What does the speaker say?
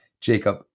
Jacob